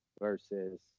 versus